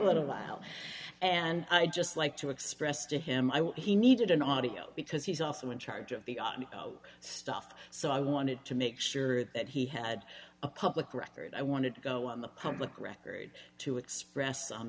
a little while and i just like to express to him he needed an audio because he's also in charge of the army stuff so i wanted to make sure that he had a public record i wanted to go on the public record to express on